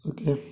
okay